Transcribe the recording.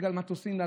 בגלל מטוסים,